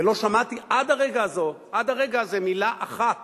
ולא שמעתי עד הרגע הזה מלה אחת